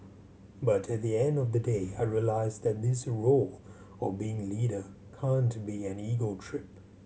but at the end of the day I realised that this role of being leader can't be an ego trip